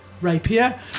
Rapier